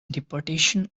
deportation